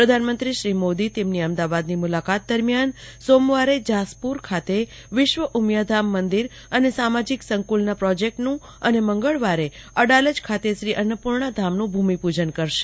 પ્રધાનમંત્રી શ્રી મોદી તેમની અમદાવાદની મુલાકાત દરમિયાન સોમવારે જાસપુર ખાતે વિશ્વ ઉમિયાધામ મંદિર અને સામાજિક સંકુલના પ્રોજેક્ટનું અને મંગળવારે અડાલજ ખાતે શ્રી અન્નપુર્ણા ધામનું ભૂમિપૂજન કરશે